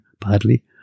badly